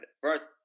first